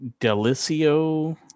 Delicio